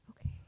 Okay